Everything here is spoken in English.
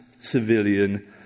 civilian